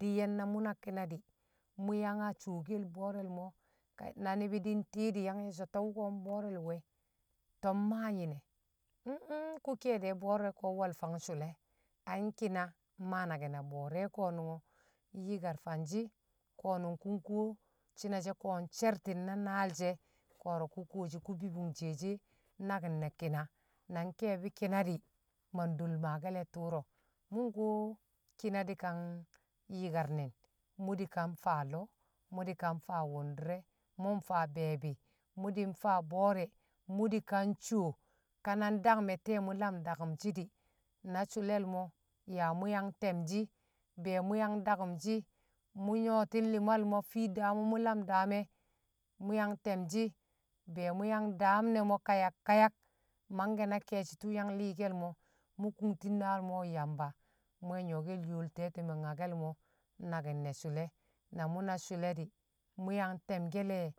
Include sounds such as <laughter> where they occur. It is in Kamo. di̱ye̱n na mṵ na ki̱na di̱, mṵ yang a shokel bo̱o̱re̱l mo̱ na ni̱bi̱ nti̱i̱ di̱ yang ye̱shi so̱ to̱ nko̱ mbo̱o̱re̱l we̱, to̱ mmaa nyi̱ne <unintelligible> kṵ keye̱de̱ bo̱o̱re̱ ko̱ nwo̱l fang sṵle̱ ai ki̱na mmaa naki̱n a bo̱o̱re̱ ko̱ yikar fanshi ko̱nṵng kṵn ko shine̱ she̱ ko sherti̱n na naal she̱, ko̱ro̱ kṵ koshi ko̱ bibing shi she̱ nnakin ne̱ ki̱na nan ke̱e̱bi̱ ki̱na di̱ mandol maake̱le̱ tṵro̱ mṵ nko ki̱na dikan yi̱kar nin mṵ di̱kan faa loo. mṵ di̱kan faa wṵndi̱re̱ mṵ mfaa be̱e̱bi̱, mu di̱ mfaa bo̱o̱re mṵ di̱kan sho ka na dangme̱ te̱e̱ mṵ lam dakṵmshi̱ di̱ na sule̱l mo̱ yaa mṵ yang te̱mshi be̱e̱ mṵ yang dakṵmshi mṵ nyoti̱n li̱mal mo̱ fi̱i̱ daam wu̱ mo̱ lam daam e̱ mṵ yang te̱mshi̱ be̱e̱ mṵ yang daam ne̱ kayak kayak mangke̱ na ke̱e̱shi̱ tṵṵ yang hi̱ke̱l mo̱ kuntin naal mo̱ yamba mṵ we̱ nyo̱ ke̱l yoo te̱ti̱me nyake̱l mo̱ naki̱n ne sṵle̱ na mṵ na sṵle̱ di̱ mṵ yang te̱mke̱ le̱